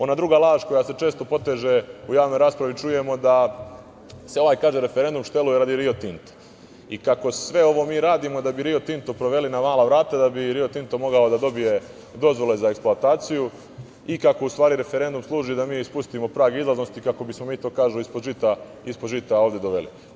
Ona druga laž koja se često poteže u javnoj raspravi, čujemo da se ovaj referendum šteluje radi "Rio Tinta" i kako sve ovo mi radimo da bi "Rio Tinto" sproveli na mala vrata, da bi "Rio Tinto" mogao da dobije dozvole za eksploataciju i kako u stvari referendum služi da mi spustimo prag izlaznosti, kako bismo mi to ispod žita ovde doveli.